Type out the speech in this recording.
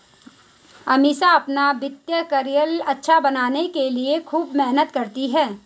अमीषा अपना वित्तीय करियर अच्छा बनाने के लिए खूब मेहनत करती है